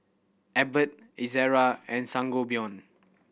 Abbott Ezerra and Sangobion